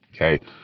okay